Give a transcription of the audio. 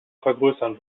vergrößern